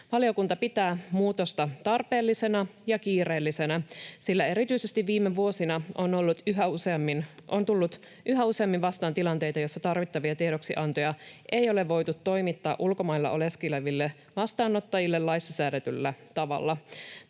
Valiokunta pitää muutosta tarpeellisena ja kiireellisenä, sillä erityisesti viime vuosina on tullut yhä useammin vastaan tilanteita, joissa tarvittavia tiedoksiantoja ei ole voitu toimittaa ulkomailla oleskeleville vastaanottajille laissa säädetyllä tavalla.